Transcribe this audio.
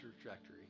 trajectory